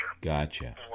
Gotcha